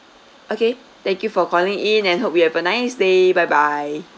okay thank you for calling in and hope you have a nice day bye bye